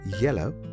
yellow